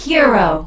Hero